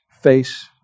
face